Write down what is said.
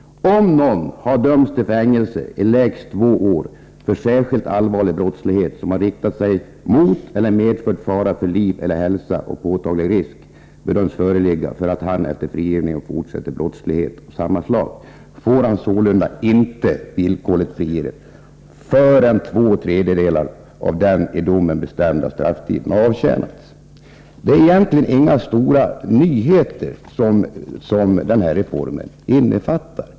Om någon har dömts till fängelse i lägst två år för särskilt allvarlig brottslighet som har riktat sig mot eller medfört fara för liv eller hälsa och påtaglig risk bedöms föreligga för att han efter frigivningen fortsätter brottslighet av samma slag, får han sålunda inte villkorligt friges förrän två tredjedelar av den i domen bestämda strafftiden har avtjänats.” Reformen innefattar egentligen inga stora nyheter.